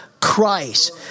Christ